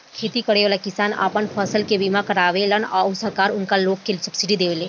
खेती करेवाला किसान आपन फसल के बीमा करावेलन आ सरकार उनका लोग के सब्सिडी देले